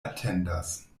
atendas